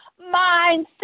mindset